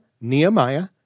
Nehemiah